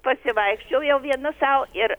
pasivaikščiojau jau viena sau ir